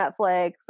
Netflix